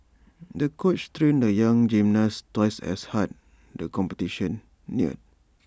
the coach trained the young gymnast twice as hard the competition neared